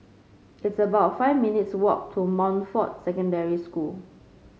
it's about five minutes' walk to Montfort Secondary School